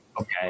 Okay